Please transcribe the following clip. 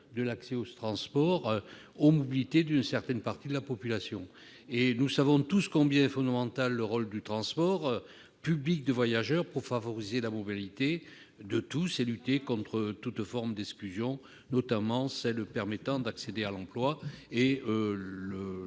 de l'accès aux transports et aux mobilités d'une certaine partie de la population. Nous savons combien est fondamental le rôle du transport public de voyageurs pour favoriser la mobilité de tous et lutter contre toute forme d'exclusion, notamment pour faciliter l'accès à l'emploi.